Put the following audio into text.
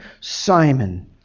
Simon